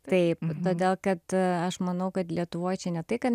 taip todėl kad aš manau kad lietuvoj čia ne tai kad